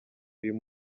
uyu